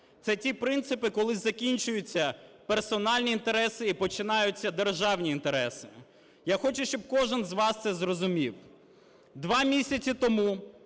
Це ті принципи, коли закінчуються персональні інтереси і починаються державні інтереси. Я хочу, щоб кожен з вас це зрозумів. Два місяці тому